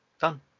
done